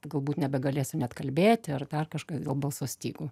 galbūt nebegalėsiu net kalbėti ar dar kažką balso stygų